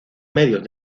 medios